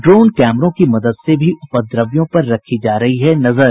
drone कैमरों की मदद से भी उपद्रवियों पर रखी जा रही है नजर